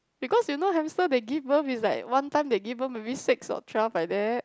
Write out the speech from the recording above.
because you know hamster they give birth is like one time they give birth maybe six or twelve like that